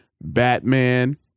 Batman